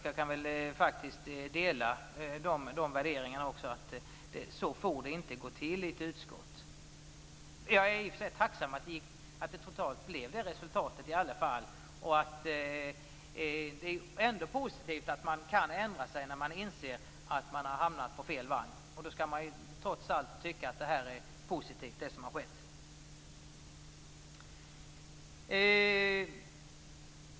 Jag kan dela de värderingarna. Så får det inte gå till i ett utskott. Jag är i och för sig tacksam för hur resultatet till sist blev. Det är ändå positivt att man kan ändra sig när man inser att man har hamnat på fel vall. Man kan därför trots allt tycka att det som har skett är positivt.